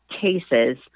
cases